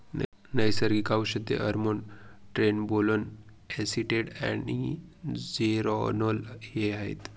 नैसर्गिक औषधे hormones trenbolone acetate आणि जेरानोल हे आहेत